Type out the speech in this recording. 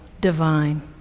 divine